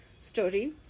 story